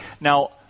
Now